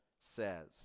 says